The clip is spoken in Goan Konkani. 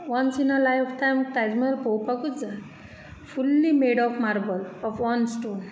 once in a life time Taj Mahal पळोवपाकूच जाय fully made of marble of one stone